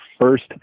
first